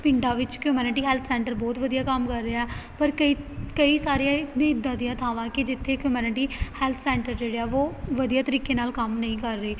ਪਿੰਡਾਂ ਵਿੱਚ community health centre ਬਹੁਤ ਵਧੀਆ ਕੰਮ ਕਰ ਰਿਹਾ ਪਰ ਕਈ ਕਈ ਸਾਰੀਆਂ ਇੱਦਾਂ ਦੀਆਂ ਥਾਵਾਂ ਕੀ ਜਿੱਥੇ ਕਮਿਊਨਟੀ ਹੈਲਥ ਸੈਂਟਰ ਜਿਹੜੇ ਆ ਵੋ ਵਧੀਆ ਤਰੀਕੇ ਨਾਲ ਕੰਮ ਨਹੀਂ ਕਰ ਰਹੇ